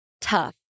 tough